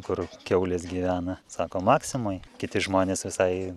kur kiaulės gyvena sako maksimoj kiti žmonės visai